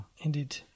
indeed